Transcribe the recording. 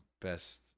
Best